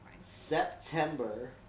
September